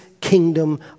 kingdom